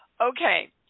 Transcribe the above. Okay